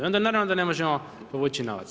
I onda naravno da ne možemo povući novac.